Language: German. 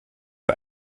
für